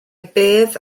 bedd